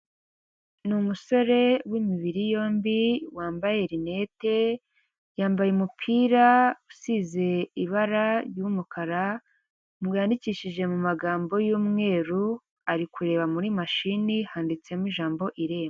Ni umusore w'imibiri yombi wambaye linete, yambaye umupira usize ibara ry'umukara, yanyandikishije mu magambo y'umweru, ari kureba muri mashini handitsemo ijambo irembo.